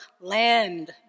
land